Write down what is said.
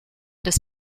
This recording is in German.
des